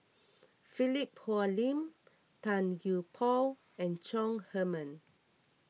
Philip Hoalim Tan Gee Paw and Chong Heman